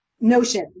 notion